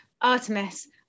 Artemis